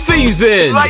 Season